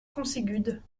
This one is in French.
conségudes